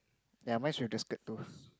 yea mines with the skirt too